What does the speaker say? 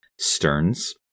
Stearns